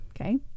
Okay